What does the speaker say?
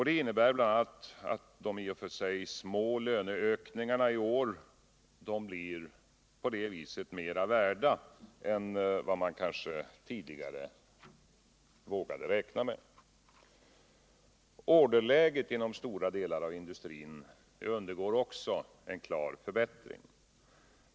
Det innebär bl.a. att de i och för sig små löneökningarna i år blir mer värda än vad man kanske tidigare vågade räkna med. Orderläget inom stora delar av industrin undergår också en klar förbättring.